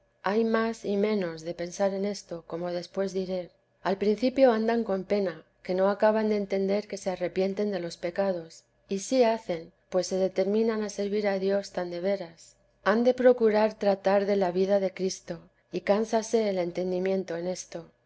hay más y menos de pensar en esto como después diré al principio andan con pena que no acaban de entender que se arrepienten de los pecados y sí hacen pues se determinan a servir a dios tan de veras han de procurar tratar de la vida de cristo y cánsase el entendimiento en esto